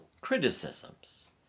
criticisms